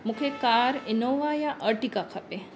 मूंखे car Innova या Ertiga खपे